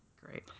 great